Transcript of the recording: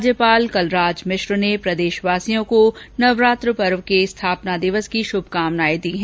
राज्यपाल कलराज मिश्र ने प्रदेशवासियों को नवरात्र पर्वे के स्थापना दिवस की शुभकामनाए दी हैं